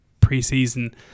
pre-season